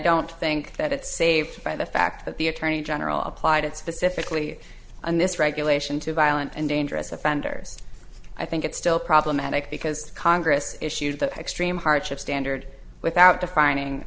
don't think that it's saved by the fact that the attorney general applied it specifically and this regulation to violent and dangerous offenders i think it's still problematic because congress issued the extreme hardship standard without defining